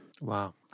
Wow